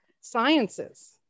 sciences